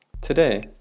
Today